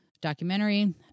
documentary